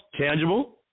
tangible